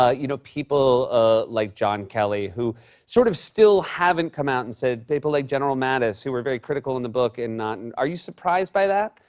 ah you know, people ah like john kelly who sort of still haven't come out and said people like general mattis who were very critical in the book and not and are you surprised by that?